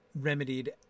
remedied